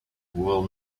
will